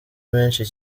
menshi